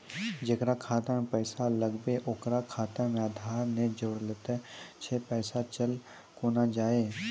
जेकरा खाता मैं पैसा लगेबे ओकर खाता मे आधार ने जोड़लऽ छै पैसा चल कोना जाए?